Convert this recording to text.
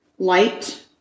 light